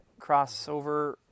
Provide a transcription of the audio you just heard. crossover